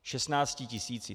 Šestnácti tisíci.